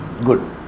Good